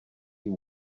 you